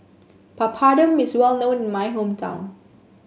Papadum is well known in my hometown